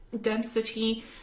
density